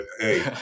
hey